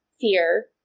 fear